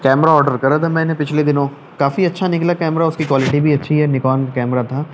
camera order کرا تھا میں نے پچھلے دنوں کافی اچھا نکلا کیمرا اس کی کوالٹی بھی اچھی ہے نکان کا کیمرا تھا